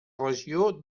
regió